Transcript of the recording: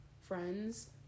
friends